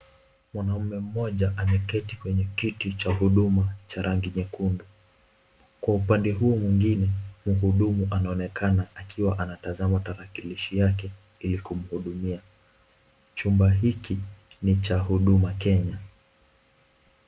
Mwanaume mmoja ameketi kwenye kiti cha huduma cha rangi nyekundu, kwa upande huo mwingine mhudumu anaonekana akiwa anatazama tarakilishi yake ili kumhudumia, chumba hiki ni cha huduma Kenya.